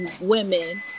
women